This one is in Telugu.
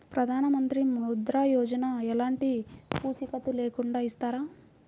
ప్రధానమంత్రి ముద్ర యోజన ఎలాంటి పూసికత్తు లేకుండా ఇస్తారా?